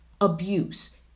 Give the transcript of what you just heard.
abuse